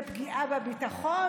זה פגיעה בביטחון.